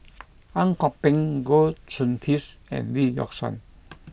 Ang Kok Peng Goh Soon Tioes and Lee Yock Suan